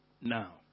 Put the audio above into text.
now